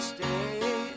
stay